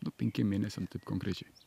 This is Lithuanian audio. nu penkiem mėnesiam taip konkrečiai